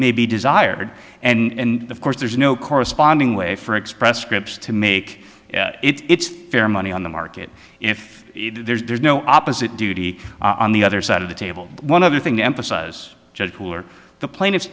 may be desired and of course there's no corresponding way for express scripts to make its fair money on the market if there's no opposite duty on the other side of the table one other thing to emphasize judge who are the plaintiffs